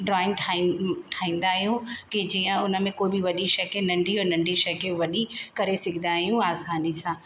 drawing ठाही ठाहींदा आहियूं की जीअं उनमें कोई बि वॾी शइ के नंढी और नंढी शइ के वॾी करे सघंदा आहियूं आसानी सां